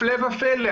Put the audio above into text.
הפלא ופלא,